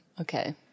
Okay